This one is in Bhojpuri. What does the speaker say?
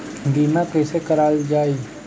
बीमा कैसे कराएल जाइ?